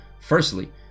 Firstly